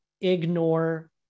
ignore